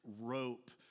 rope